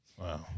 Wow